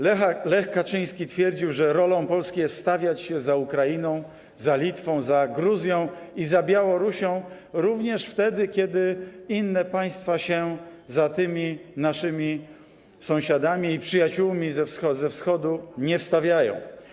Lech Kaczyński twierdził, że rolą Polski jest wstawiać się za Ukrainą, za Litwą, za Gruzją i za Białorusią również wtedy, kiedy inne państwa się za tymi naszymi sąsiadami i przyjaciółmi ze Wschodu nie wstawiają.